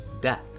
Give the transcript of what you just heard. death